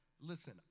listen